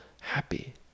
happy